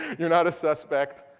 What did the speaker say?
you're not a suspect.